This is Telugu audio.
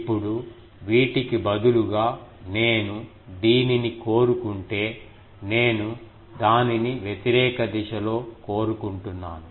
ఇప్పుడు వీటికి బదులుగా నేను దీనిని కోరుకుంటే నేను దానిని వ్యతిరేక దిశలో కోరుకుంటున్నాను